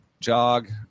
jog